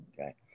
Okay